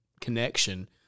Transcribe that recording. connection